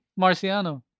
Marciano